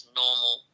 normal